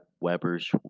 Weber's